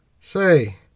Say